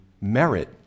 merit